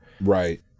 Right